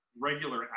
regular